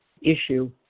issue